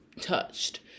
touched